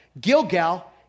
Gilgal